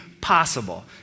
possible